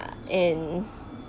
and